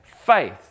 faith